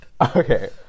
Okay